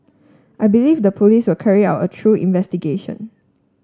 I believe the police will carry out a through investigation